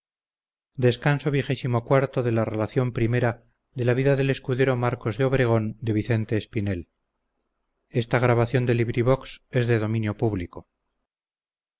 la donosa narración de las aventuras del escudero marcos de obregón